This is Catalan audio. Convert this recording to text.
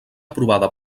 aprovada